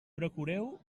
procureu